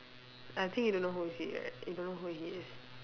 I think you don't know who is he right you don't know who he is